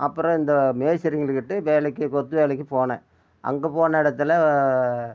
அப்பறம் இந்த மேஸ்திரிங்களுக்கிட்டே வேலைக்கு கொத்து வேலைக்கு போனேன் அங்கே போன இடத்துல